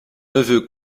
neveu